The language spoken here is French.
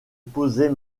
posait